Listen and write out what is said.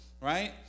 right